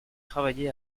travaillé